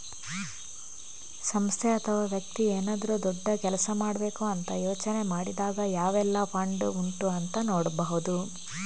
ಸಂಸ್ಥೆ ಅಥವಾ ವ್ಯಕ್ತಿ ಏನಾದ್ರೂ ದೊಡ್ಡ ಕೆಲಸ ಮಾಡ್ಬೇಕು ಅಂತ ಯೋಚನೆ ಮಾಡಿದಾಗ ಯಾವೆಲ್ಲ ಫಂಡ್ ಉಂಟು ಅಂತ ನೋಡ್ಬಹುದು